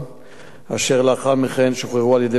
אשר לאחר מכן שוחררו על-ידי בית-המשפט